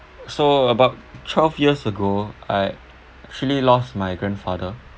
so about twelve years ago I actually lost my grandfather